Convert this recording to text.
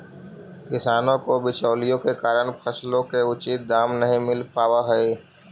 किसानों को बिचौलियों के कारण फसलों के उचित दाम नहीं मिल पावअ हई